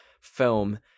film